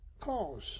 cause